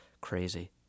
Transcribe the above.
crazy